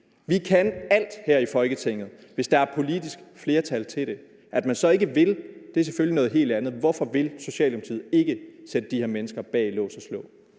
Vi kan alt her i Folketinget, hvis der er politisk flertal for det. At man så ikke vil, er selvfølgelig noget helt andet. Hvorfor vil Socialdemokratiet ikke sætte de her mennesker bag lås og slå?